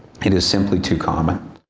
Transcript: it is simply to common.